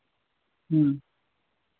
ᱦᱮᱸ